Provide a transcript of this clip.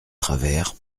travert